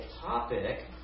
topic